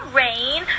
rain